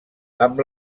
amb